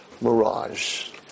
mirage